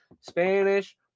Spanish